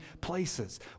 places